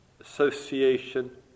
association